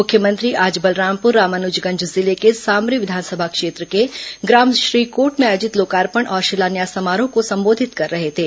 मुख्यमंत्री आज बलरामपुर रामानुजगंज जिले के सामरी विधानसभा क्षेत्र के ग्राम श्रीकोट में आयोजित लोकार्पण और शिलान्यास समारोह को संबोधित कर रहे थे